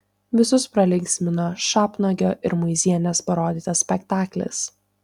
visus pralinksmino šapnagio ir mauzienės parodytas spektaklis